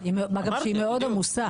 אמרתי, בדיוק.